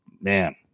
man